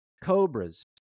cobras